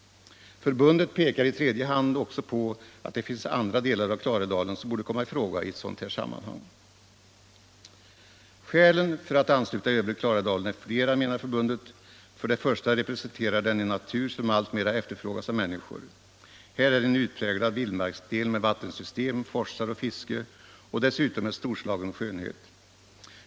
Förbundet pekar i tredje hand också på att det finns andra delar av Klarälvsdalen som borde komma i fråga i ett sådant sammanhang. Skälen för att ansluta övre Klarälvsdalen är flera, menar förbundet. För det första representerar den en natur som alltmera efterfrågas av människor. Här är en utpräglad vildmarksdel med vattensystem, forsar och fiske och dessutom av storslagen skönhet.